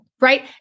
right